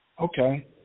Okay